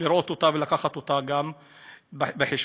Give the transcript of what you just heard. ולקחת גם אותה בחשבון.